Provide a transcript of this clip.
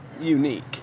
unique